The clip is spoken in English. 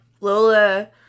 Lola